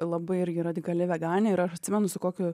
labai irgi radikali veganė ir aš atsimenu su kokiu